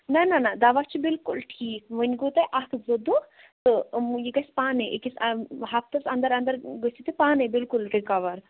نہَ نہَ نہَ دوا چھُ بِلکُل ٹھیٖک وُنہِ گوٚو تۄہہِ اَکھ زٕ دۅہ تہٕ یہِ گَژھِ پانےَ أکِس ہفتس اَنٛدر اَنٛدر گٔژھِو تُہی پانےَ بِلکُل رِکاوَر